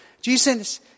Jesus